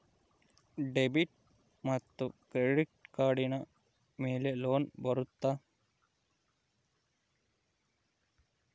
Debit ಮತ್ತು credit ಕಾರ್ಡಿನ ಮೇಲೆ ಲೋನ್ ಬರುತ್ತಾ?